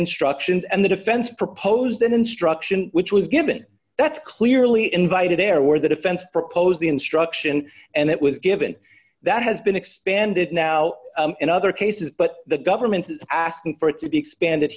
instructions and the defense proposed an instruction which was given that's clearly invited there where the defense proposed the instruction and it was given that has been expanded now in other cases but the government is asking for it to be expanded